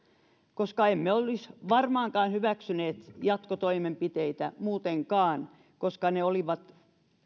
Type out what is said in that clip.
koska emme olisi varmaankaan hyväksyneet jatkotoimenpiteitä muutenkaan koska ne olivat